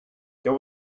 there